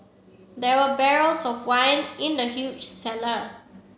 there were barrels of wine in the huge cellar